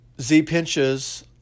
Z-pinches